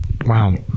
Wow